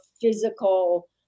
physical